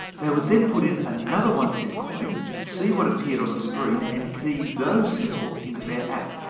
they would then put in another one cent coin, see what appeared on the screen, and key those symbols into their app.